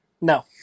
No